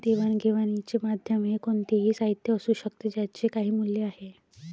देवाणघेवाणीचे माध्यम हे कोणतेही साहित्य असू शकते ज्याचे काही मूल्य आहे